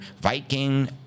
Viking